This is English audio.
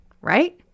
right